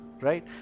right